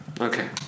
Okay